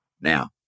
now